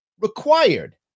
required